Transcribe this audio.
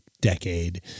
decade